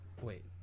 Wait